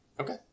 Okay